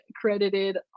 credited